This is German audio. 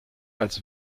als